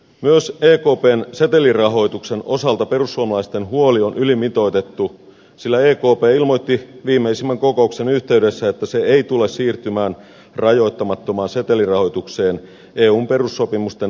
myös ekpn setelirahoituksen osalta perussuomalaisten huoli on ylimitoitettu sillä ekp ilmoitti viimeisimmän kokouksen yhteydessä että se ei tule siirtymään rajoittamattomaan setelirahoitukseen eun perussopimusten vastaisena toimena